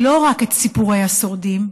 לא רק את סיפורי השורדים,